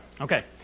Okay